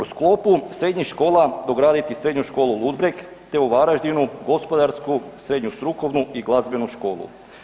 U sklopu srednjih škola, dograditi Srednju školu Ludbreg te u Varaždinu gospodarsku srednju strukovnu i glazbenu školu.